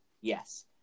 Yes